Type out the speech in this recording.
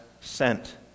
sent